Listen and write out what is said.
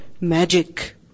Magic